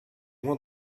moins